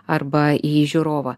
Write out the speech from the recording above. arba į žiūrovą